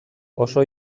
oso